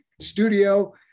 studio